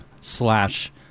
slash